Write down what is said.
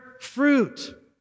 fruit